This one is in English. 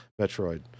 Metroid